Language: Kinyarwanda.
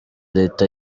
leta